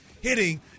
hitting